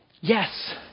Yes